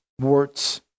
warts